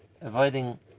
avoiding